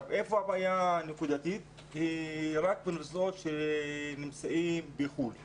הבעיה היא רק לגבי אוניברסיטאות בחוץ לארץ.